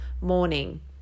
morning